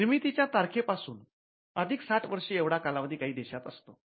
निर्मितीच्या तारखेपासून अधिक साठ वर्ष एवढा कालावधी काही देशात असतो